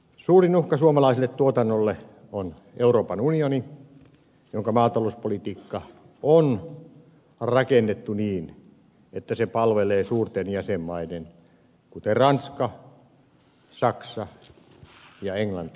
suurin uhka suomalaiselle tuotannolle on euroopan unioni jonka maatalouspolitiikka on rakennettu niin että se palvelee suurten jäsenmaiden kuten ranskan saksan ja englannin etuja